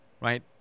Right